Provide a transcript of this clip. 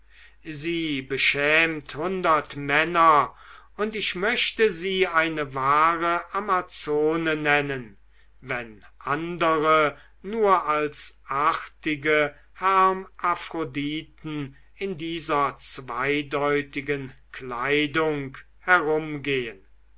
sie beschämt hundert männer und ich möchte sie eine wahre amazone nennen wenn andere nur als artige hermaphroditen in dieser zweideutigen kleidung herumgehen